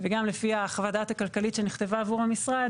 וגם לפי חוות הדעת הכלכלית שנכתבה עבור המשרד,